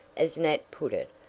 as nat put it,